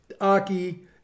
aki